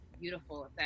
beautiful